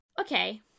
okay